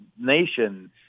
nation